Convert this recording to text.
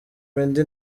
meddy